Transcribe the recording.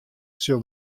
sil